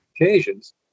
occasions